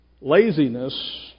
laziness